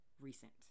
recent